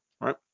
right